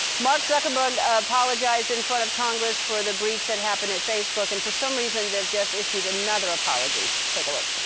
mark zuckerberg apologized in front of congress for the breach that happened at facebook. and for some reason, they've just issued another apology. take a look.